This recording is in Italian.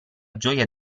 gioia